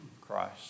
Christ